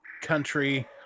country